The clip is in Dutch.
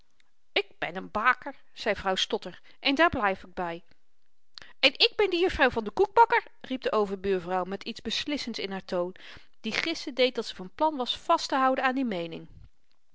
ik ben n baker zei vrouw stotter en daar blyf ik by en ik ben de juffrouw van den koekbakker riep de overbuurvrouw met iets beslissends in haar toon die gissen deed dat ze van plan was vasttehouden aan die meening